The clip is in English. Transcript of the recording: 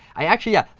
ah actually, yeah.